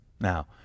Now